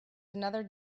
another